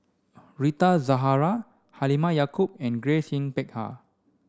Rita Zahara Halimah Yacob and Grace Yin Peck Ha